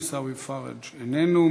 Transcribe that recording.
עיסאווי פריג' איננו,